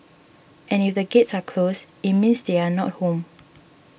and if the gates are closed it means they are not home